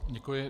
Děkuji.